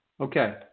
Okay